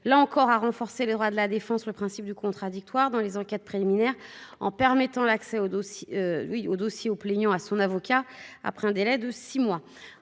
là encore, à renforcer les droits de la défense et le principe du contradictoire dans les enquêtes préliminaires en permettant l'accès au dossier au plaignant et à son avocat après un délai de six mois.